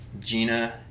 Gina